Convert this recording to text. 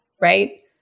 Right